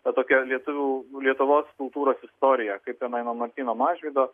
tą tokią lietuvių lietuvos kultūros istoriją kaip jinai nuo martyno mažvydo